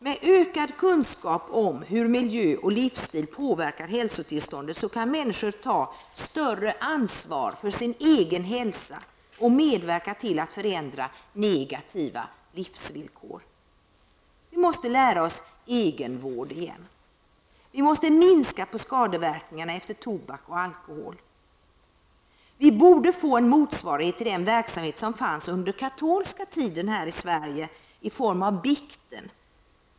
Med ökad kunskap om hur miljö och livsstil påverkar hälsotillståndet kan människor ta större ansvar för sin egen hälsa och medverka till att förändra negativa livsvillkor. Vi måste lära oss egenvård igen. Vi måste minska skadeverkningarna av tobak och alkohol. Vi borde få en motsvarighet till den verksamhet som fanns under den katolska tiden här i Sverige i form av bikten.